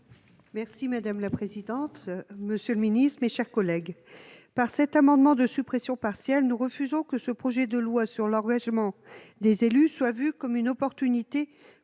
Merci madame la présidente, monsieur le Ministre, mes chers collègues par cet amendement de suppression partielle, nous refusons que ce projet de loi sur l'aurait sûrement des élus soit vue comme une opportunité